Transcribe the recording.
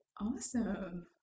Awesome